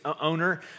owner